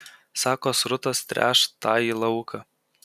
sako srutos tręš tąjį lauką